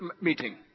meeting